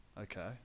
Okay